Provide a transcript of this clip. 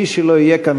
מי שלא יהיה כאן